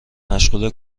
مشغول